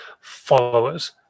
followers